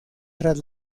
tras